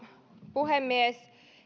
puhemies